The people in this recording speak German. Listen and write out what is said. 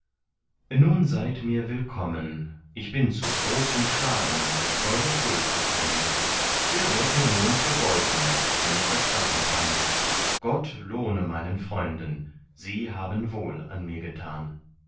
nun seid mir willkommen ich bin zu großen schaden durch eure schuld gekommen der wird mir nun vergolten wenn ich das schaffen kann gott lohne meinen freunden sie haben wohl an mir getan